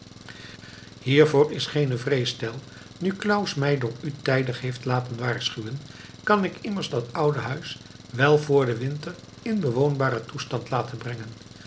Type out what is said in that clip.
hiervoor is geene vrees tell nu claus mij door u tijdig heeft laten waarschuwen kan ik immers dat oude huis wel vr den winter in bewoonbaren toestand laten brengen